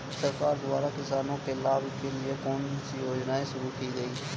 सरकार द्वारा किसानों के लाभ के लिए कौन सी योजनाएँ शुरू की गईं?